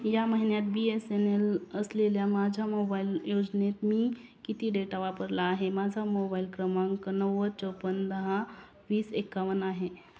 या महिन्यात B S N L असलेल्या माझ्या मोबाईल योजनेत मी किती डेटा वापरला आहे माझा मोबाईल क्रमांक नव्वद चोपन्न दहा वीस एकावन्न आहे